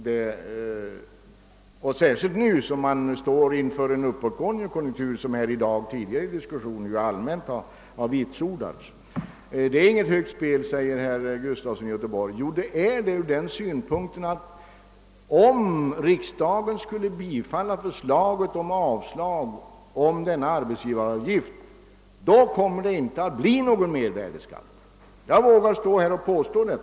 Detta gäller särskilt nu när vi står inför en uppåtgående konjunktur, vilket ju tidigare under diskussionen allmänt har vitsordats. Det är inte ett högt spel, säger herr Gustafson i Göteborg. Ja, det är det ur den synpunkten att det, om riksdagen skulle bifalla förslaget om avslag på införandet av arbetsgivaravgiften, inte kommer att bli någon mervärdeskatt. Jag vågar göra detta påstående.